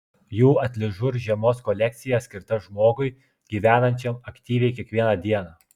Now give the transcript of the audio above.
jų atližur žiemos kolekcija skirta žmogui gyvenančiam aktyviai kiekvieną dieną